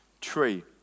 tree